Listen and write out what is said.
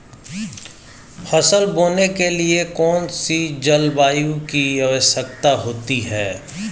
फसल बोने के लिए कौन सी जलवायु की आवश्यकता होती है?